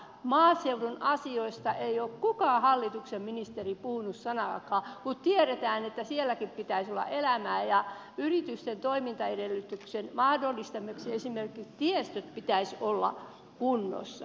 maaseudun asioista ei ole kukaan hallituksen ministeri puhunut sanaakaan kun tiedetään että sielläkin pitäisi olla elämää ja yritysten toimintaedellytysten mahdollistamiseksi esimerkiksi tiestöjen pitäisi olla kunnossa